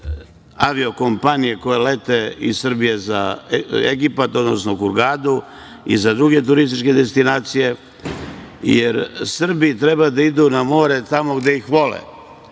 avio kompanije koje lete iz Srbije za Egipat, odnosno i Hurgadu i za druge turističke destinacije, jer Srbi treba da idu na more tamo gde ih vole.